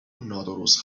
نادرست